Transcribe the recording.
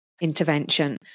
intervention